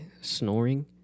snoring